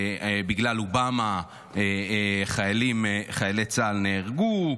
שבגלל אובמה חיילי צה"ל נהרגו,